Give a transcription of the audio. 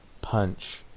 punch